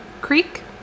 Creek